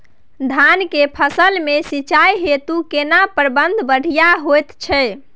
धान के फसल में सिंचाई हेतु केना प्रबंध बढ़िया होयत छै?